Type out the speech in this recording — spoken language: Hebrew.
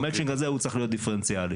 והמצ'ינג הזה צריך להיות דיפרנציאלי.